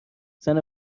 رفتن